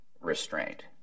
restraint